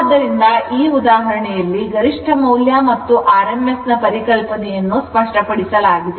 ಆದ್ದರಿಂದ ಈ ಉದಾಹರಣೆಯಲ್ಲಿ ಗರಿಷ್ಠ ಮೌಲ್ಯ ಮತ್ತು rms ನ ಪರಿಕಲ್ಪನೆಯನ್ನು ಸ್ಪಷ್ಟಪಡಿಸಲಾಗಿದೆ